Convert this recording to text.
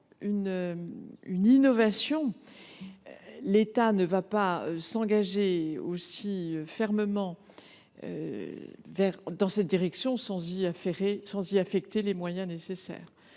une innovation. L’État ne s’engagera pas aussi fermement dans cette direction sans y affecter les moyens nécessaires.